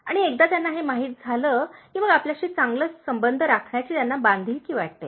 आणि एकदा त्यांना हे माहित झाले की मग आपल्याशी चांगले संबंध राखण्याची त्याना बांधीलकी वाटते